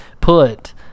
put